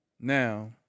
Now